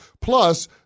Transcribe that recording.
Plus